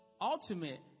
ultimate